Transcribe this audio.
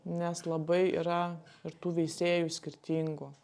nes labai yra ir tų veisėjų skirtingų